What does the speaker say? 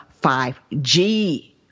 5G